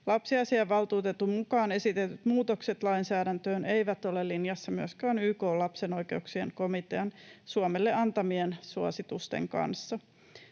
Lapsiasiavaltuutetun mukaan esitetyt muutokset lainsäädäntöön eivät ole linjassa myöskään YK:n lapsen oikeuksien komitean Suomelle antamien suositusten kanssa.